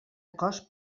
cos